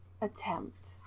attempt